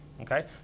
okay